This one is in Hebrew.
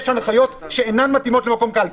יש הנחיות שאינן מתאימות למקום קלפי.